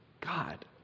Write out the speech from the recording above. God